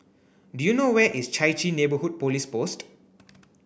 do you know where is Chai Chee Neighbourhood Police Post